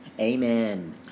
Amen